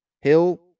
Hill